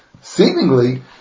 seemingly